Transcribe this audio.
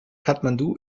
kathmandu